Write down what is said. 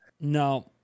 no